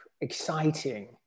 exciting